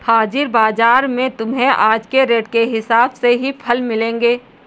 हाजिर बाजार में तुम्हें आज के रेट के हिसाब से ही फल मिलेंगे